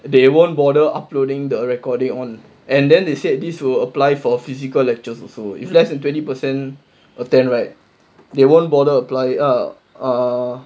they won't bother uploading the recording on and then they said this will apply for a physical lecturers also if less than twenty percent attend right they won't bother apply ah err